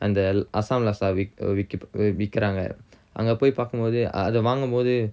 and the asam laksa vik~ vikkip~ விக்கிறாங்க அங்க போய் பாக்கும்போது அத வாங்கும் போது:vikkiranga anga poai pakkumpothu atha vangum pothu